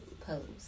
Pose